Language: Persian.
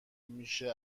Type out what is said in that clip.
میشه